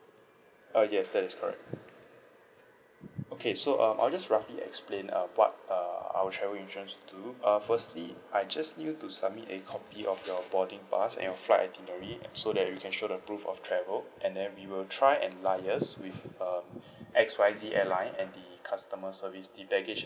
uh yes that is correct okay so um I'll just roughly explain uh what uh our travel insurance do uh firstly I just need you to submit a copy of your boarding pass and your flight itinerary and so that we can show the proof of travel and then we will try and liaise with um X Y Z airline and the customer service the baggage